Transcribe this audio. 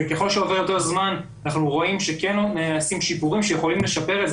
וככל שעובר יותר זמן אנחנו רואים שכן נעשים שיפורים שיכולים לשפר את זה.